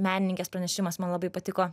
menininkės pranešimas man labai patiko